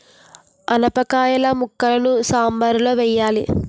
ఆనపకాయిల ముక్కలని సాంబారులో వెయ్యాలి